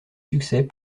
succès